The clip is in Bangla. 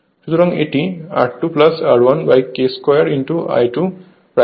সুতরাং এটি R2 R1K 2 I22 হবে